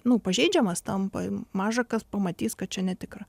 nu pažeidžiamas tampa maža kas pamatys kad čia netikra